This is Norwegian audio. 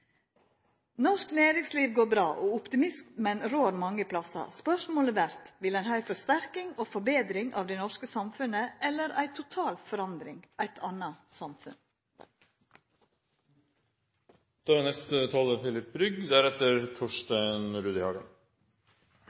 Norsk næringsliv går bra, og optimismen rår mange plassar. Spørsmålet vert: Vil ein ha forsterking og forbetring av det norske samfunnet eller ei total forandring – eit anna samfunn? Representanten Ingrid Heggø innledet med å si at det kommende valget er